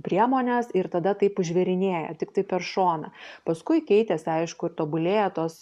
priemones ir tada taip užvėrinėja tiktai per šoną paskui keitėsi aišku ir tobulėja tos